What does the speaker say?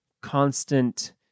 constant